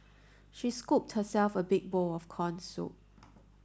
she scooped herself a big bowl of corn soup